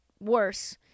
worse